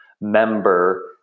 member